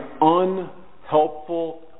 unhelpful